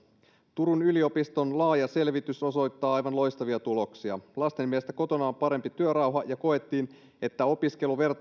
turun yliopiston laaja selvitys osoittaa aivan loistavia tuloksia lasten mielestä kotona on parempi työrauha ja koettiin että opiskelu